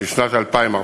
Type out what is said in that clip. לשנת 2014,